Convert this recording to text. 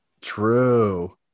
True